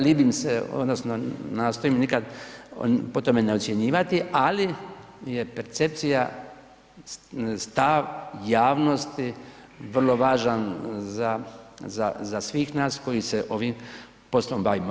Libim se, odnosno nastojim nikad po tome ne ocjenjivati ali je percepcija stav javnosti vrlo važan za sve nas koji se ovim poslom bavimo.